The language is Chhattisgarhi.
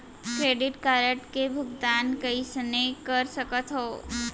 क्रेडिट कारड के भुगतान कईसने कर सकथो?